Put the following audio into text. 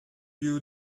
you